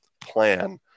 plan